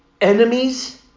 enemies